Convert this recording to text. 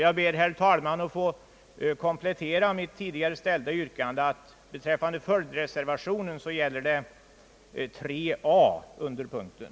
Jag ber, herr talman, att få komplettera mitt tidigare ställda yrkande med att nämna att det beträffande följdreservationen gäller den med 3 a betecknade reservationen under punkten.